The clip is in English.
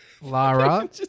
Lara